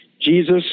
Jesus